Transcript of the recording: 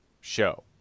show